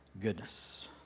goodness